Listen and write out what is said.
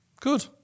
Good